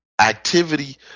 activity